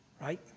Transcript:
right